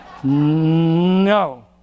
No